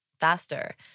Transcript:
faster